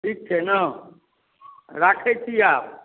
ठीक छै ने राखै छी आब